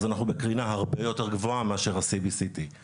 אנחנו בקרינה הרבה יותר גבוהה מאשר ה-CBCT.